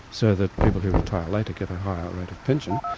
so that people who retire later get a higher rate of pension.